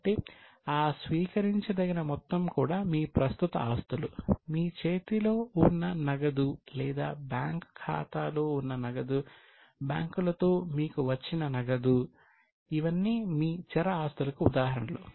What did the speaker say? కాబట్టి ఆ స్వీకరించదగిన మొత్తం కూడా మీ ప్రస్తుత ఆస్తులు మీ చేతిలో ఉన్న నగదు లేదా బ్యాంకు ఖాతాలో ఉన్న నగదు బ్యాంకులతో మీకు వచ్చిన నగదు ఇవన్నీ మీ చర ఆస్తులకు ఉదాహరణలు